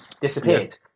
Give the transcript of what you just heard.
disappeared